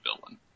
villain